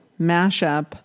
mashup